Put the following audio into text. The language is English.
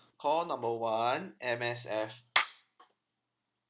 call number one M_S_F